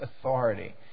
authority